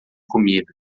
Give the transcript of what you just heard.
comida